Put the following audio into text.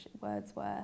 Wordsworth